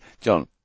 John